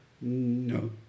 No